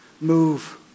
move